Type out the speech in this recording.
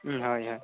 ᱦᱳᱭ ᱦᱳᱭ